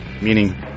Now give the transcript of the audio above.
meaning